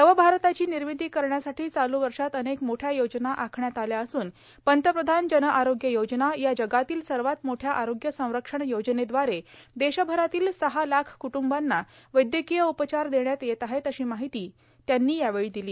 नव भारताची निर्मिती करण्यासाठी चालू वर्षात अनेक मोठया योजना आखण्यात आल्या असून पंतप्रधान जनआरोग्य योजना या जगातील सर्वात मोठया आरोग्य संरक्षण योजनेद्वारे देशभरातील सहा लाख कुटुंबांना वैद्यकीय उपचार देण्यात येत आहेत अशी माहिती पंतप्रधानांनी यावेळी दिली